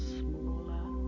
smaller